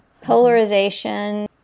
Polarization